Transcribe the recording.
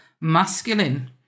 masculine